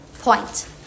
point